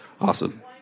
Awesome